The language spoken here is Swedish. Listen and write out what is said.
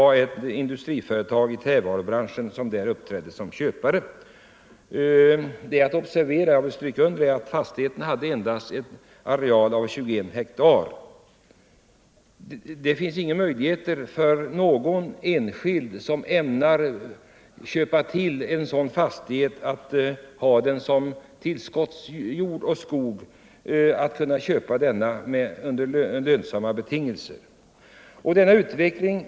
Det finns inga möjligheter för någon enskild person, som önskar ett tillskott av jord och skog, att köpa en sådan fastighet under lönsamma betingelser.